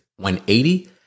180